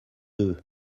deux